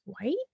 white